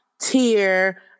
tier